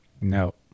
No